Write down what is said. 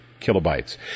kilobytes